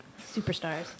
Superstars